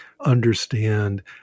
understand